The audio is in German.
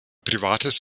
privates